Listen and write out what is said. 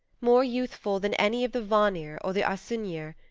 more youthful than any of the vanir or the asyniur,